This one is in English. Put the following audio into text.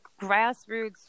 grassroots